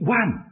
one